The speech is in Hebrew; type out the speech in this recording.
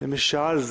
למי ששאל,